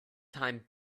time